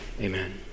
Amen